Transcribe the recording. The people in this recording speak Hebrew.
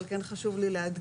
אבל כן חשוב לי להדגיש.